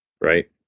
right